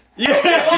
yeah!